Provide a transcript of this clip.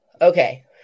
Okay